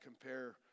compare